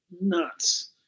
nuts